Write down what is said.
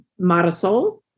Marisol